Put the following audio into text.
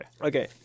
Okay